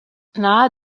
nahe